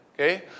Okay